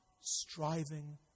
striving